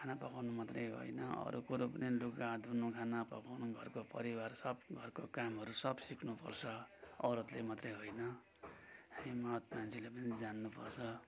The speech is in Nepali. खाना पकाउनु मात्रै होइन अरू कुरो पनि लुगा धुनु खाना पकाउनु घरको परिवार सब घरको कामहरू सब सिक्नु पर्छ औरतले मात्रै होइन हामी मरद मान्छेले पनि जान्नु पर्छ